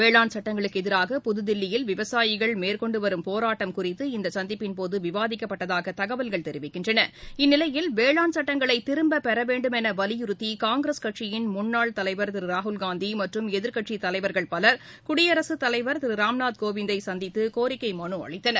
வேளாண் சுட்டங்களுக்குஎதிராக புதுதில்லியில் விவசாயிகள் மேற்கொண்டுவரும் போராட்டம் குறித்து இந்தசந்திப்பின் போதுவிவாதிக்கப்பட்டதாகதகவல்கள் தெரிவிக்கின்றன இந்நிலையில் வேளாண் சட்டங்களைதிரும்பப்பெறவேண்டும் எனவலியுறுத்தி காங்கிரஸ் சட்சியின் முன்னாள் தலைவர் திருராகுல்காந்திமற்றும் எதிர்க்கட்சித் தலைவர்கள் பலர் குடியரசுத் தலைவர் திருராம்நாத் கோவிந்தைசந்தித்துகோரிக்கைமனுஅளித்தனர்